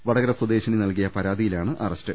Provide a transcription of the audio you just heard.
വടകര സ്വദേശിനി നൽകിയ പരാതിയിലാണ് അറസ്റ്റ്